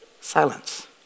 Silence